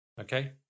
okay